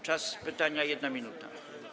Czas pytania - 1 minuta.